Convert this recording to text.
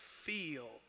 feel